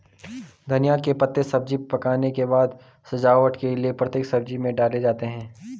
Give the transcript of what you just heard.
धनिया के पत्ते सब्जी पकने के बाद सजावट के लिए प्रत्येक सब्जी में डाले जाते हैं